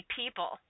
people